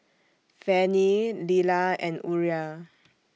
Fannye Lilah and Uriah